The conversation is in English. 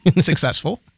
successful